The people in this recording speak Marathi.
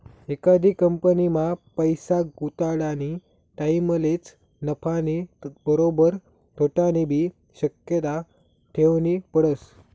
एखादी कंपनीमा पैसा गुताडानी टाईमलेच नफानी बरोबर तोटानीबी शक्यता ठेवनी पडस